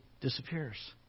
disappears